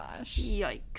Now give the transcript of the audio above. yikes